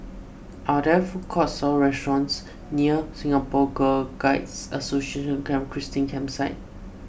are there food courts or restaurants near Singapore Girl Guides Association Camp Christine Campsite